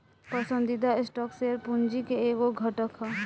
पसंदीदा stock share पूंजी के एगो घटक ह